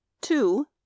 two